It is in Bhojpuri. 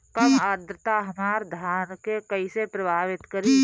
कम आद्रता हमार धान के कइसे प्रभावित करी?